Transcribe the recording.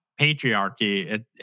patriarchy